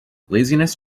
laziness